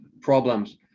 problems